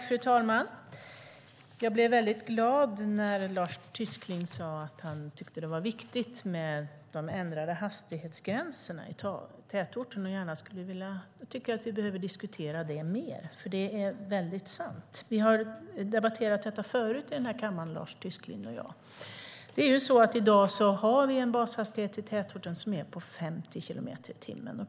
Fru talman! Jag blev väldigt glad när Lars Tysklind sade att han tyckte att det var viktigt med de ändrade hastighetsgränserna i tätort. Jag tycker att vi skulle behöva diskutera det mer. Vi har debatterat detta förut här i kammaren, Lars Tysklind och jag. I dag har vi en bashastighet i tätorterna på 50 kilometer i timmen.